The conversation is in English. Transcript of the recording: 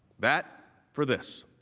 that for this.